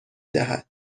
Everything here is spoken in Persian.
دهد